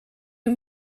you